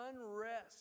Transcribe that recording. unrest